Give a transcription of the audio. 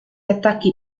attacchi